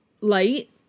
light